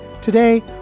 Today